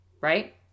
right